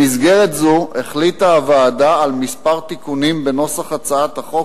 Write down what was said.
במסגרת זו החליטה הוועדה על כמה תיקונים בנוסח הצעת החוק,